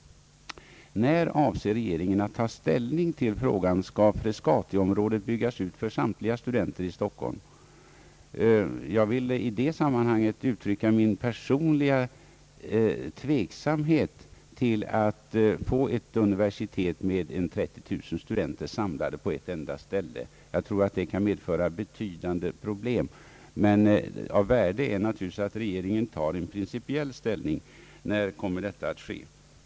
När avser regeringen att ta ställning till frågan om Frescatiområdet skall byggas ut för samtliga studenter i Stockholm? Jag vill i det sammanhanget uttrycka min personliga tveksamhet i fråga om att skapa ett universitet med cirka 30 000 studenter samlade på ett enda ställe. Jag tror att det kan medföra betydande problem. Av värde är naturligtvis att regeringen tar en principiell ställning till den frågan. När kommer detta att ske?